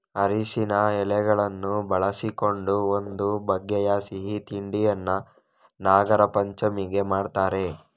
ಅರಸಿನ ಎಲೆಗಳನ್ನು ಬಳಸಿಕೊಂಡು ಒಂದು ಬಗೆಯ ಸಿಹಿ ತಿಂಡಿಯನ್ನ ನಾಗರಪಂಚಮಿಗೆ ಮಾಡ್ತಾರೆ